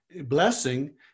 blessing